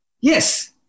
Yes